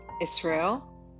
Israel